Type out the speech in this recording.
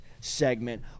segment